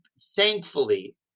thankfully